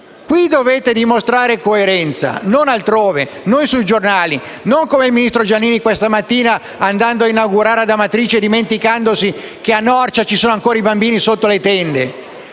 Qui dovete dimostrare coerenza, e non altrove, non sui giornali, e non come ha fatto il ministro Giannini questa mattina, quando è andata a inaugurare una scuola ad Amatrice, dimenticando che a Norcia ci sono ancora i bambini sotto le tende.